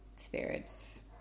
spirits